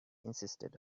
insisted